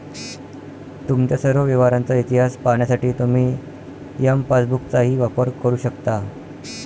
तुमच्या सर्व व्यवहारांचा इतिहास पाहण्यासाठी तुम्ही एम पासबुकचाही वापर करू शकता